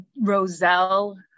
Roselle